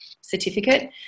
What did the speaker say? certificate